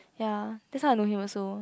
ya that's why I know him also